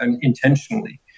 intentionally